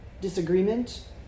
disagreement